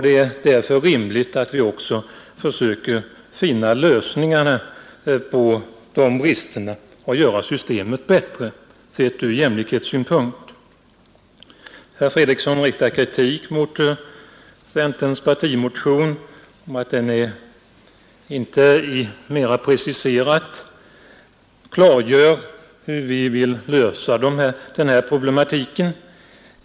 Det är därför rimligt att vi också försöker finna lösningarna för att avhjälpa de bristerna och göra systemet bättre ur jämlikhetssynpunkt. Herr Fredriksson riktar kritik mot centerns partimotion för att den inte mera preciserat klargör hur vi vill lösa den här problematiken.